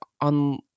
on